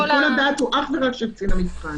שיקול הדעת הוא אך ורק של קצין המבחן.